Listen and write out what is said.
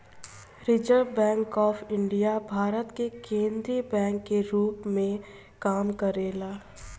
reserve Bank of India Bharat के केंद्रीय bank के रूप में काम करेला